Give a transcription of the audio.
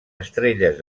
estrelles